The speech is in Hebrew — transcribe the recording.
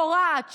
קורעת.